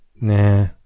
Nah